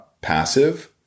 passive